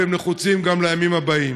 והם נחוצים גם לימים הבאים.